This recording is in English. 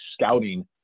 scouting